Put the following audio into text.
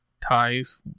ties